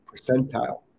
percentile